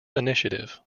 initiative